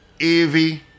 Evie